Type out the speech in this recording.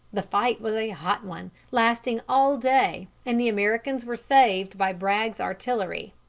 the fight was a hot one, lasting all day, and the americans were saved by bragg's artillery.